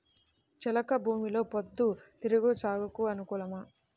చెలక భూమిలో పొద్దు తిరుగుడు సాగుకు అనుకూలమా?